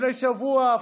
לפני שבוע,